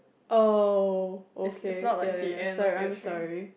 oh okay ya ya sorry I'm sorry